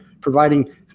providing